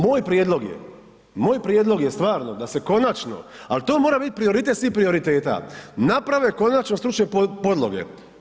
Moj prijedlog je, moj prijedlog je stvarno da se konačno, ali to mora biti prioritet svih prioriteta, naprave konačno stručne podloge.